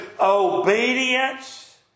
obedience